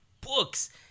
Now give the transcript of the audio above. books